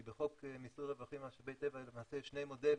כי בחוק מיסוי רווחים ממשאבי טבע יש למעשה שני מודלים,